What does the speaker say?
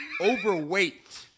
Overweight